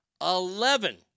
Eleven